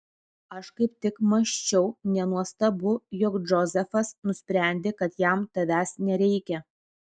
aš kaip tik mąsčiau nenuostabu jog džozefas nusprendė kad jam tavęs nereikia